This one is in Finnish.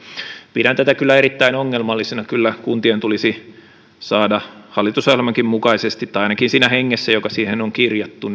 pidän tätä kyllä erittäin ongelmallisena kyllä kuntien tulisi saada hallitusohjelmankin mukaisesti tai ainakin siinä hengessä joka siihen on kirjattu